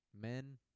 Men